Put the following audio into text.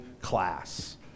class